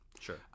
Sure